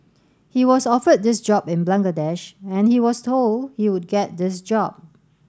he was offered this job in Bangladesh and he was told he would get this job